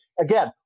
again